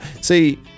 see